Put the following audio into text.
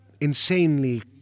insanely